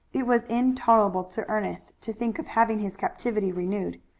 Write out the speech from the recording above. it was intolerable to ernest to think of having his captivity renewed.